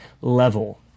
level